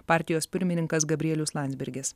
partijos pirmininkas gabrielius landsbergis